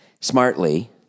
smartly